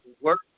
work